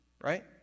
Right